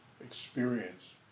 experience